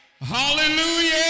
Hallelujah